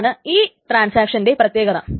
അതാണ് ഈ ട്രാൻസാക്ഷന്റെ പ്രത്യേകത